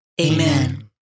Amen